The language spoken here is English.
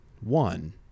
one